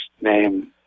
name